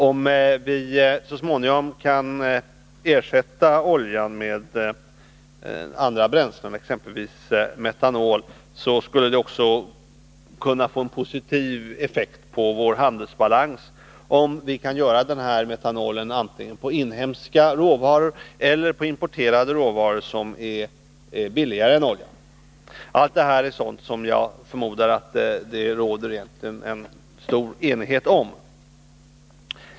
Om vi så småningom kan ersätta oljan med andra bränslen, exempelvis metanol, skulle det också kunna få en positiv effekt på vår handelsbalans, om vi kan framställa metanolen antingen ur inhemska råvaror eller ur importerade råvaror som är billigare än oljan. Allt detta är sådant som jag förmodar att det egentligen råder stor enighet om.